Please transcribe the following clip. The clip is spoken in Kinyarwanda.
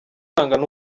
gucuranga